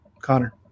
connor